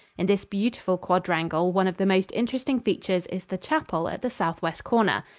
in this beautiful quadrangle, one of the most interesting features is the chapel at the southwest corner.